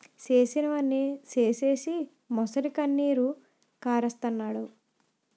చేసినవన్నీ సేసీసి మొసలికన్నీరు కారస్తన్నాడు